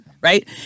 right